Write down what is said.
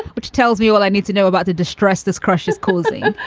which tells me all i need to know about the distress this crush is causing.